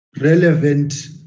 relevant